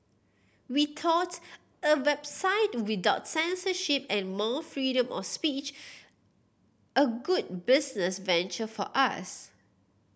we thought a website without censorship and more freedom of speech a good business venture for us